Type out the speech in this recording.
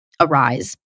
arise